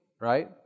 Right